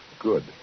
Good